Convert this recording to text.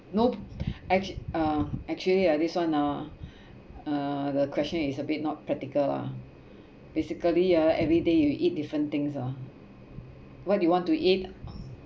nope act~ uh actually uh this one ah uh the question is a bit not practical lah basically ah everyday you eat different things ah what do you want to eat